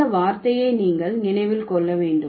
இந்த வார்த்தையை நீங்கள் நினைவில் கொள்ள வேண்டும்